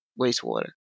wastewater